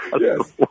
Yes